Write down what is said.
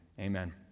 Amen